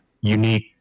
unique